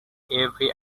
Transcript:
every